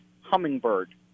hummingbird